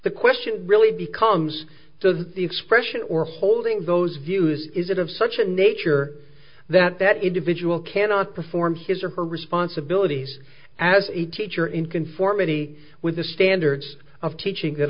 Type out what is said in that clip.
the question really becomes does the expression or holding those views is it of such a nature that that individual cannot perform his or her responsibilities as a teacher in conformity with the standards of teaching that